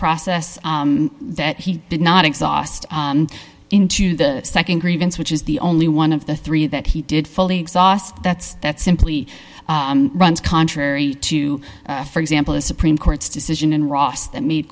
process yes that he did not exhaust into the nd grievance which is the only one of the three that he did fully exhaust that's that simply runs contrary to for example the supreme court's decision and ross that made